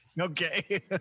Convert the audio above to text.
Okay